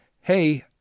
hey